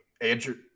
Andrew